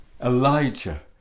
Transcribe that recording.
Elijah